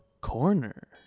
corner